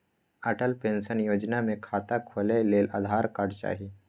Atal pension योजना मे खाता खोलय लेल आधार कार्ड चाही